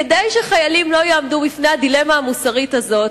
כדי שחיילים לא יעמדו בפני הדילמה המוסרית הזו,